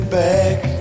back